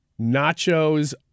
Nachos